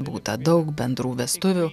būta daug bendrų vestuvių